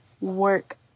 work